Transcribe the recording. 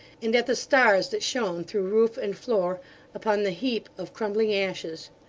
and at the stars that shone through roof and floor upon the heap of crumbling ashes.